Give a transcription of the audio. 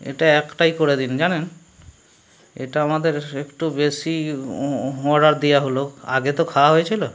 এটা একটাই করে দিন জানেন এটা আমাদের এএকটু বেশি অর্ডার দেওয়া হলো আগে তো খাওয়া হয়েছিলো